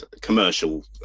commercial